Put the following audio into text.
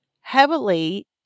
heavily